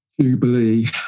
Jubilee